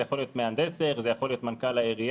זה יכול להיות מהנדס העיר וזה יכול להיות מנכ"ל העירייה.